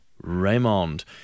Raymond